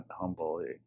humble